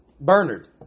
Bernard